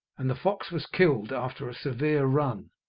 and the fox was killed after a severe run.